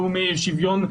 השוויון.